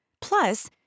Plus